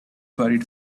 buried